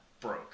broke